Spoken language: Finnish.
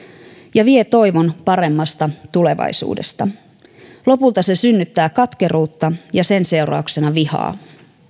ja vie toivon paremmasta tulevaisuudesta lopulta se synnyttää katkeruutta ja sen seurauksena vihaa